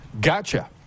Gotcha